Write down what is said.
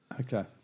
Okay